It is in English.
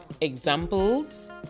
examples